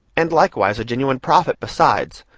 and likewise a genuine prophet besides,